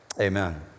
amen